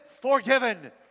forgiven